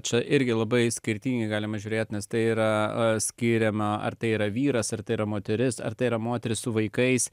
čia irgi labai skirtingai galima žiūrėti nes tai yra skiriama ar tai yra vyras ar tai yra moteris ar tai yra moteris su vaikais